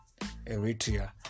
Eritrea